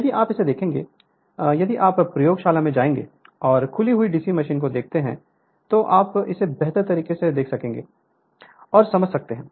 यदि आप इसे देखेंगे यदि आप प्रयोगशाला में जाएंगे और खुली हुई डीसी मशीन को देखते हैं तो आप इसे बेहतर तरीके से देख सकते हैं और समझ सकते हैं